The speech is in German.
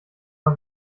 mal